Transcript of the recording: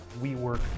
WeWork